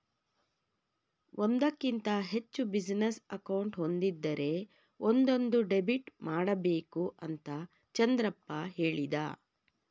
ಒಂದಕ್ಕಿಂತ ಹೆಚ್ಚು business account ಒಂದಿದ್ದರೆ ಒಂದೊಂದು ಡೆಬಿಟ್ ಮಾಡಬೇಕು ಅಂತ ಚಂದ್ರಪ್ಪ ಹೇಳಿದ